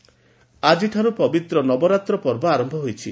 ନବରାତ୍ ଆଜିଠାରୁ ପବିତ୍ର ନବରାତ୍ର ପର୍ବ ଆରମ୍ଭ ହୋଇଛି